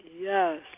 Yes